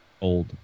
Old